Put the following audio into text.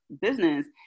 business